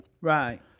Right